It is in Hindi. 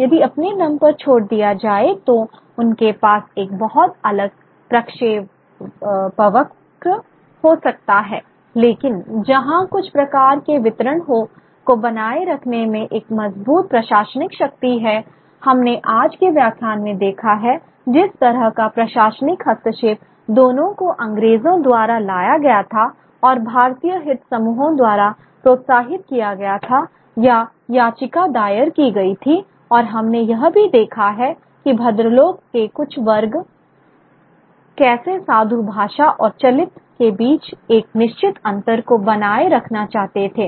यदि अपने दम पर छोड़ दिया जाए तो उनके पास एक बहुत अलग प्रक्षेपवक्र हो सकता है लेकिन जहां कुछ प्रकार के वितरण को बनाए रखने में एक मजबूत प्रशासनिक शक्ति है हमने आज के व्याख्यान में देखा है जिस तरह का प्रशासनिक हस्तक्षेप दोनों को अंग्रेजों द्वारा लाया गया था और भारतीय हित समूहों द्वारा प्रोत्साहित किया गया था या याचिका दायर की गई थी और हमने यह भी देखा है कि भद्रलोक के कुछ वर्ग कैसे साधु भासा और चलित के बीच एक निश्चित अंतर को बनाए रखना चाहते थे